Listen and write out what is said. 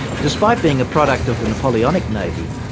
despite being a product of the napoleonic navy,